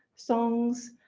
songs,